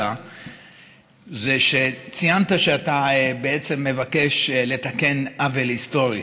זה שציינת שאתה בעצם מבקש לתקן עוול היסטורי.